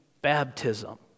baptism